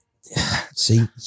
See